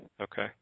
Okay